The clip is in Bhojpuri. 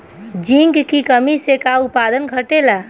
जिंक की कमी से का उत्पादन घटेला?